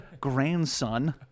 grandson